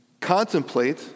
contemplate